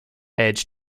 edge